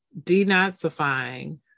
denazifying